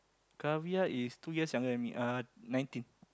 Keviar is two years younger than me uh nineteen